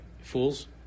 fools